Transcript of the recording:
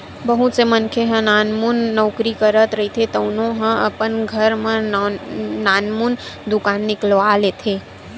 बहुत से मनखे ह नानमुन नउकरी करत रहिथे तउनो ह अपन घर म नानमुन दुकान निकलवा लेथे